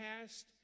past